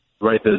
right